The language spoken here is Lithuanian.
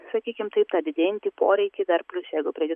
sakykim taip tą didėjantį poreikį dar plius jeigu pridėt